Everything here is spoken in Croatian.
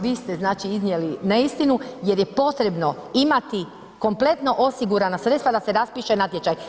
Vi ste iznijeli neistinu jer je potrebno imati kompletno osigurana sredstva da se raspiše natječaj.